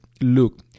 look